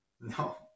No